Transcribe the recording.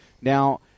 Now